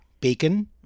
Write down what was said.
bacon